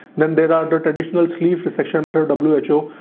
then there are the traditional sleeve dissection, amateur w h o.